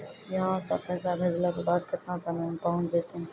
यहां सा पैसा भेजलो के बाद केतना समय मे पहुंच जैतीन?